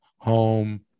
home